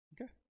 Okay